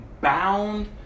bound